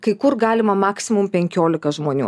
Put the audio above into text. kai kur galima maksimum penkiolika žmonių